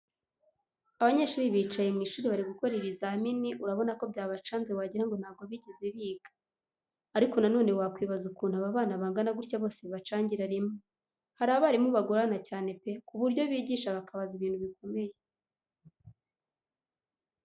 Abanyeshuri bicaye mu isuri bari gukora ibizamini urabona ko byabacanze wagira ngo ntabwo bigeze biga. Ariko nanone wakwibaza ukuntu aba bana bangana gutya bose bibacangira rimwe, hari abarimu bagorana cyane pe ku buryo bigisha bakabaza ibintu bikomeye.